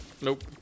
Nope